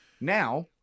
Now